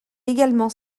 également